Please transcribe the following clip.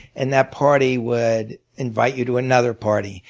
and that party would invite you to another party,